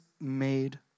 made